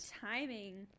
timing